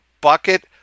bucket